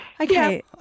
Okay